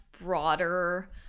broader